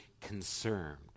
concerned